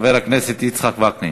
חבר הכנסת יצחק וקנין,